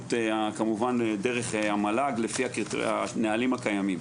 באמצעות כמובן דרך המל"ג לפי הנהלים הקיימים.